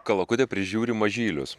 kalakutė prižiūri mažylius